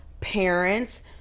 parents